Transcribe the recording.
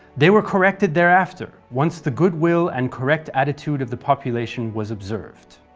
they were corrected thereafter, once the good will and correct attitude of the population was observed.